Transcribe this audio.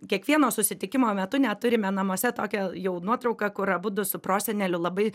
kiekvieno susitikimo metu net turime namuose tokią jau nuotrauką kur abudu su proseneliu labai